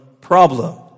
problem